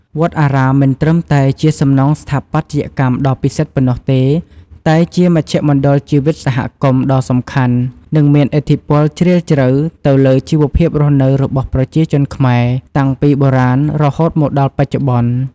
វត្តអារាមមិនត្រឹមតែជាសំណង់ស្ថាបត្យកម្មដ៏ពិសិដ្ឋប៉ុណ្ណោះទេ តែជា មជ្ឈមណ្ឌលជីវិតសហគមន៍ ដ៏សំខាន់ និងមានឥទ្ធិពលជ្រាលជ្រៅទៅលើជីវភាពរស់នៅរបស់ប្រជាជនខ្មែរ តាំងពីបុរាណរហូតមកដល់បច្ចុប្បន្ន។